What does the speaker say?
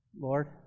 Lord